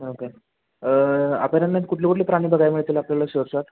okay अभयारण्यात कुठले कुठले प्राणी बघायला मिळतील आपल्याला शुअरशॉट